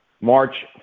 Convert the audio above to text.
march